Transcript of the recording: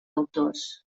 autors